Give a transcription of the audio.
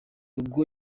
ubwo